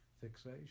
fixation